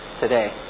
today